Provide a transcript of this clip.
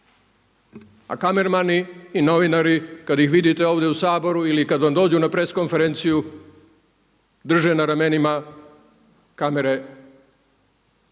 A kamermani i novinari kada ih vidite ovdje u Saboru ili kada vam dođu na press konferenciju drže na ramenima kamere mnogo